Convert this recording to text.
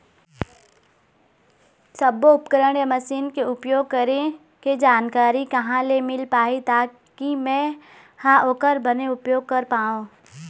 सब्बो उपकरण या मशीन के उपयोग करें के जानकारी कहा ले मील पाही ताकि मे हा ओकर बने उपयोग कर पाओ?